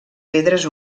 pedres